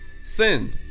sin